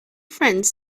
friends